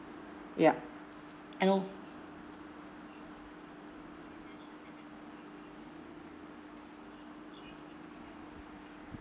yup I know